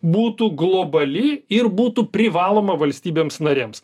būtų globali ir būtų privaloma valstybėms narėms